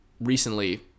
recently